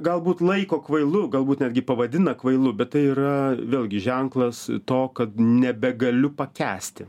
galbūt laiko kvailu galbūt netgi pavadina kvailu bet tai yra vėlgi ženklas to kad nebegaliu pakęsti